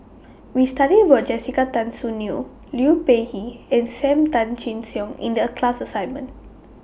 We studied about Jessica Tan Soon Neo Liu Peihe and SAM Tan Chin Siong in The class assignment